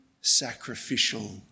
sacrificial